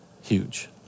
Huge